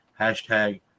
Hashtag